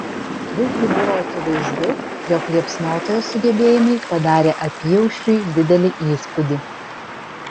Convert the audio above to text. visgi buvo akivaizdu jog liepsnotojo sugebėjimai padarė apyaušriui didelį įspūdį